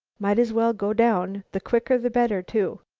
might as well go down the quicker the better, too,